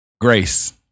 Grace